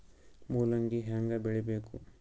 ಮೂಲಂಗಿ ಹ್ಯಾಂಗ ಬೆಳಿಬೇಕು?